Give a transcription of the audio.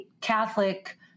Catholic